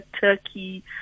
turkey